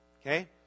Okay